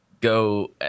go